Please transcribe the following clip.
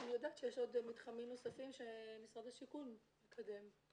אני יודעת שיש עוד מתחמים נוספים שמשרד השיכון מקדם.